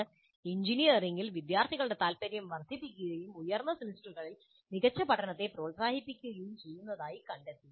ഇത് എഞ്ചിനീയറിംഗിൽ വിദ്യാർത്ഥികളുടെ താൽപര്യം വർദ്ധിപ്പിക്കുകയും ഉയർന്ന സെമസ്റ്ററുകളിൽ മികച്ച പഠനത്തെ പ്രേരിപ്പിക്കുകയും ചെയ്യുന്നുവെന്ന് അവർ കണ്ടെത്തി